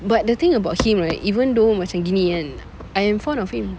but the thing about him right even though macam gini kan I am fond of him